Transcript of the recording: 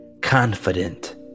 confident